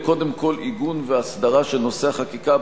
קודם כול עיגון והסדרה של נושא החקיקה,